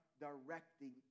directing